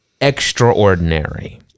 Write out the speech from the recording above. extraordinary